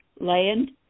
land